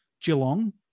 Geelong